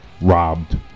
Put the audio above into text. Robbed